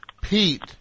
Pete